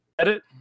Edit